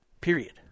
Period